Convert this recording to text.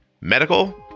medical